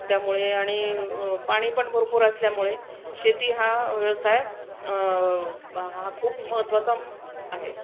त्यामुळे आणि पाणी पण भरपूर असल्यामुळे शेती हा व्यवसाय हा खूप महत्त्वाचा आहे